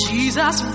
Jesus